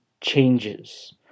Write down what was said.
changes